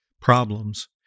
problems